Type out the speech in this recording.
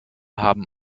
haben